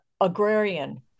agrarian